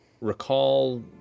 recall